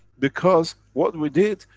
because what we did,